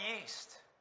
yeast